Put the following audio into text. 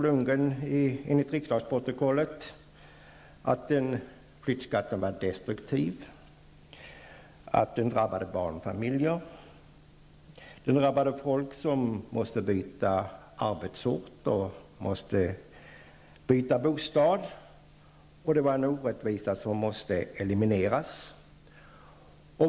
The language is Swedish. Lundgren att flyttskatten var destruktiv, att den drabbade barnfamiljer, att den drabbade människor som måste byta bostad i samband med byte av arbete och att flyttskatten var en orättvisa som måste elimineras.